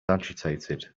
agitated